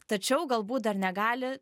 tačiau galbūt dar negali